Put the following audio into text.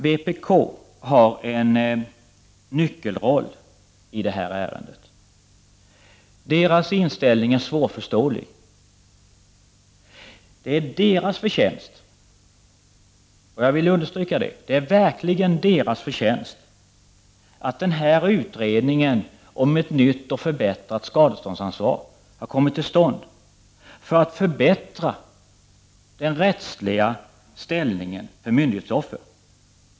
Vpk har en nyckelroll i det här avseendet. Dess inställning är svårförståelig. Jag vill understryka att det verkligen är vpk:s förtjänst att utredningen kom till stånd för att förbättra den rättsliga ställningen för myndighetsoffer.